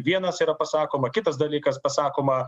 vienas yra pasakoma kitas dalykas pasakoma